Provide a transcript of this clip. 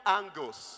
angles